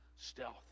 stealth